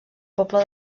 poble